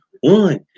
one